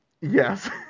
yes